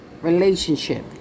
relationship